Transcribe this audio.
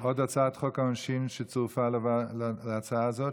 עוד הצעת חוק העונשין שצורפה להצעה הזאת,